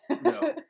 No